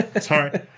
sorry